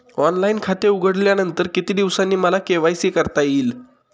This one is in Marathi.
ऑनलाईन खाते उघडल्यानंतर किती दिवसांनी मला के.वाय.सी करता येईल?